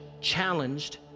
challenged